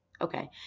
Okay